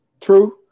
True